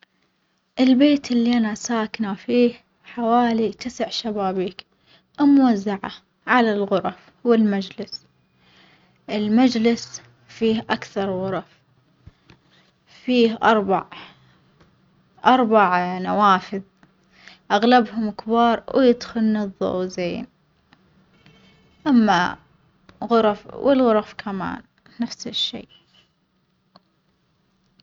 البيت اللي أنا ساكنة فيه حوالي تسع شبابيك موزعة على الغرف والمجلس، المجلش فيه أكثر غرف فيه أربع أربع نوافذ، أغلبهم كبار ويدخلن الظو زين، أما غرف والغرف كمان نفس الشي.